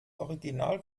original